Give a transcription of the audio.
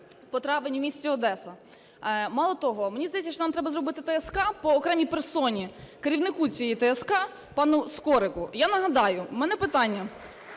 Мало того, мені здається, що нам треба зробити ТСК по окремій персоні - керівнику цієї ТСК пану Скорику. Я нагадаю. В мене питання.